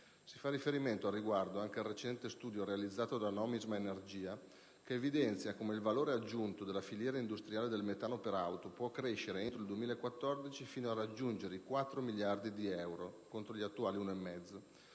Si fa riferimento, al riguardo, anche al recente studio realizzato da Nomisma energia che evidenzia come il valore aggiunto della filiera industriale del metano per auto può crescere entro il 2014 fino a raggiungere i 4 miliardi di euro (contro gli attuali 1,5)